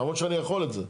למרות שאני יכול את זה,